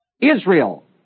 Israel